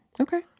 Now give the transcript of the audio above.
Okay